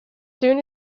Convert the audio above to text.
soon